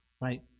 right